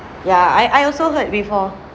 ya I I also like before